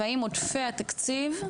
והאם עודפי התקציב,